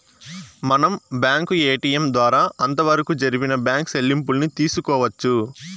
మనం bank ATM ద్వారా అంతవరకు జరిపిన బ్యాంకు సెల్లింపుల్ని తెలుసుకోవచ్చు